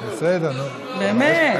באמת.